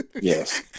Yes